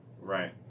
Right